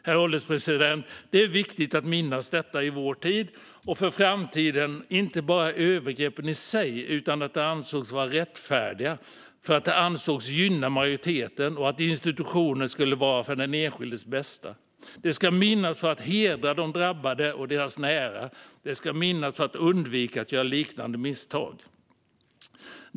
Herr ålderspresident! Det är viktigt att minnas detta i vår tid och för framtiden, inte bara övergreppen i sig utan även att de ansågs rättfärdiga därför att de ansågs gynna majoriteten. Institutionerna ansågs vara för den enskildes bästa. Vi ska minnas detta för att hedra de drabbade och deras nära, och vi ska minnas det för att undvika att göra liknande misstag.